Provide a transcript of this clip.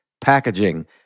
packaging